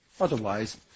Otherwise